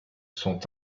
sont